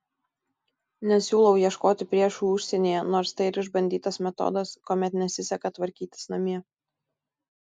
nesiūlau ieškoti priešų užsienyje nors tai ir išbandytas metodas kuomet nesiseka tvarkytis namie